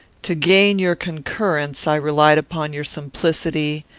to gain your concurrence, i relied upon your simplicity,